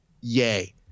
yay